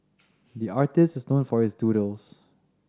the artist is known for his doodles